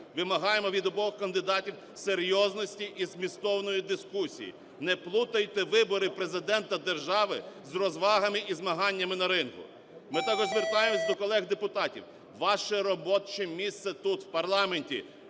Вимагаємо від обох кандидатів серйозності і змістовної дискусії, не плутайте вибори Президента держави з розвагами і змаганнями на ринку. Ми також звертаємося до колег депутатів: ваше робоче місце тут, в парламенті,